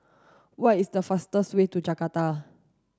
what is the fastest way to Jakarta